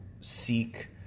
seek